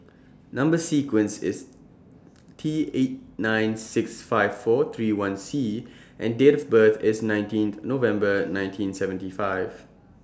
Number sequence IS T eight nine six five four three one C and Date of birth IS nineteenth November nineteen seventy five